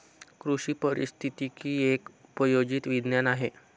कृषी पारिस्थितिकी एक उपयोजित विज्ञान आहे